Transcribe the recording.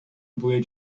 blue